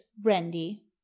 brandy